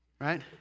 right